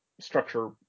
structure